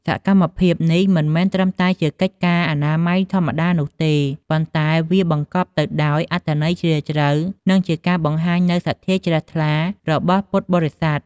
សកម្មភាពនេះមិនមែនត្រឹមតែជាកិច្ចការអនាម័យធម្មតានោះទេ ប៉ុន្តែវាបង្កប់ទៅដោយអត្ថន័យជ្រាលជ្រៅ និងជាការបង្ហាញនូវសទ្ធាជ្រះថ្លារបស់ពុទ្ធបរិស័ទ។